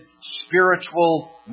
spiritual